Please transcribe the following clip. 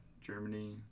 Germany